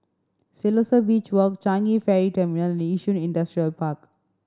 Siloso Beach Walk Changi Ferry Terminally Yishun Industrial Park